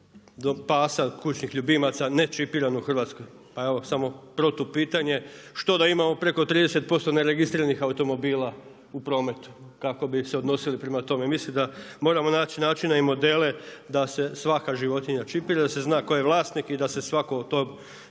30% pasa, kućnih ljubimaca nečipirano u Hrvatskoj, pa evo samo, protupitanje što da imamo preko 30% neregistriranih automobila u prometu? Kako bi se odnosili prema tome? Mislim da moramo naći načina i modele da se svaka životinja čipira, da se zna tko je vlasnik i da se svatko o svom